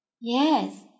Yes